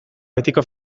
betiko